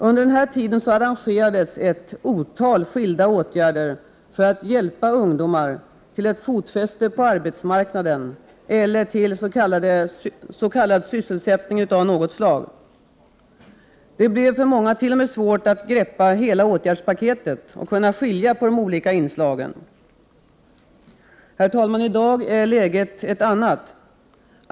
Under den här tiden arrangerades ett otal skilda åtgärder för att hjälpa ungdomar till ett fotfäste på arbetsmarknaden eller till s.k. sysselsättning av något slag. Det blev för många t.o.m. svårt att greppa hela åtgärdspaketet och skilja på de olika inslagen. Herr talman! I dag är läget ett annat.